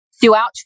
throughout